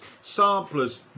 samplers